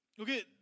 Okay